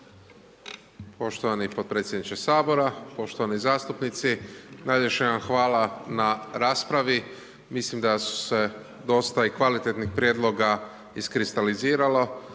Poštovani potpredsjedniče Sabora, poštovani zastupnici, najljepša vam hvala na raspravi. Mislim da su se dosta i kvalitetnih prijedloga iskristaliziralo.